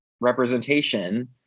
representation